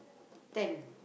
ten